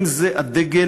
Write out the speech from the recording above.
אם זה הדגל,